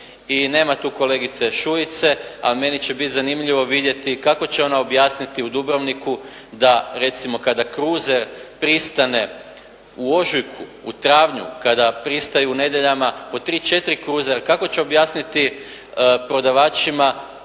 i nema tu kolegice Šuice, a meni će biti zanimljivo vidjeti kako će ona objasniti u Dubrovniku da recimo kada cruiser pristane u ožujku, u travnju, kada pristaju nedjeljama po tri, četiri cruisera, kako će objasniti prodavačima